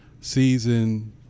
season